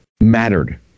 mattered